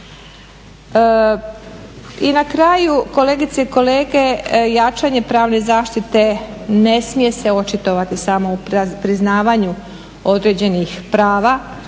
I na kraju, kolegice i kolege jačanje pravna zaštite ne smije se očitovati samo u priznavanju određenih prava,